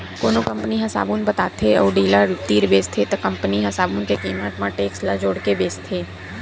कोनो कंपनी ह साबून बताथे अउ डीलर तीर बेचथे त कंपनी ह साबून के कीमत म टेक्स ल जोड़के बेचथे